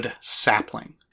sapling